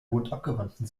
mondabgewandten